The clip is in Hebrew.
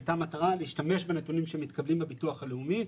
הייתה מטרה להשתמש בנתונים שמתקבלים בביטוח הלאומי.